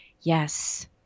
Yes